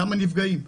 למה נפגעים?